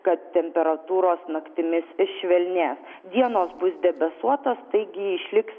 kad temperatūros naktimis švelnės dienos bus debesuotos taigi išliks